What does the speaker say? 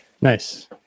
nice